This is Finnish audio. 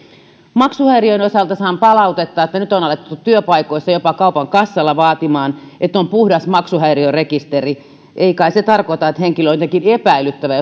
maksuhäiriöiden osalta saan palautetta että nyt on alettu työpaikoissa jopa kaupan kassalla vaatimaan että on puhdas maksuhäiriörekisteri ei kai se tarkoita että henkilö on jotenkin epäilyttävä